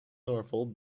noordpool